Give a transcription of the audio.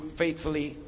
faithfully